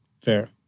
Fair